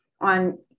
on